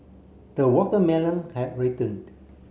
the watermelon had